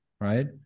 Right